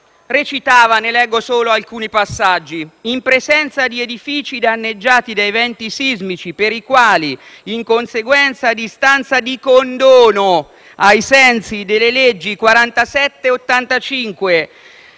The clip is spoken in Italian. recitava (ne leggo solo alcuni passaggi): «In presenza di edifici danneggiati da eventi sismici, per i quali in conseguenza di istanza di condono ai sensi delle leggi n. 47